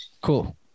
Cool